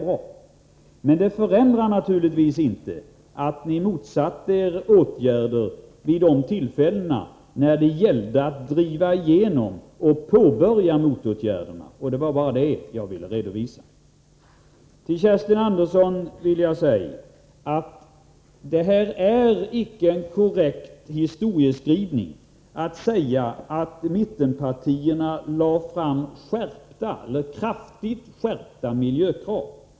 Men det förändrar naturligtvis inte det faktum att ni motsatte er åtgärder vid de tillfällen när det gällde att driva igenom och påbörja motåtgärderna. Det var bara det jag ville redovisa. Till Kerstin Andersson vill jag säga att det är icke en korrekt historieskrivning att säga att mittenpartierna lade fram förslag om kraftigt skärpta miljökrav.